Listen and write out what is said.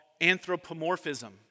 anthropomorphism